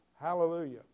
Hallelujah